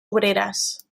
obreres